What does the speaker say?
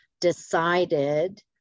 decided